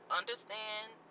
understand